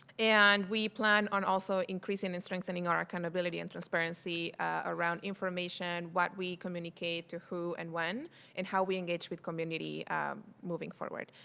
and we plan on also increasing and strengthening our account ability and transparency around information, what we communicate to who and when and how we engage with community moving forward.